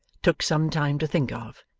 took some time to think of,